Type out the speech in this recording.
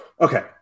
Okay